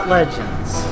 Legends